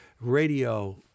radio